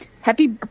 Happy